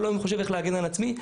כל היום חושב איך להגן על עצמי.